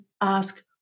ask